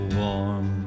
warm